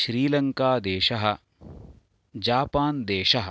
श्रीलङ्कादेशः Japan देशः